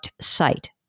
site